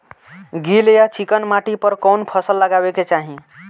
गील या चिकन माटी पर कउन फसल लगावे के चाही?